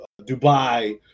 dubai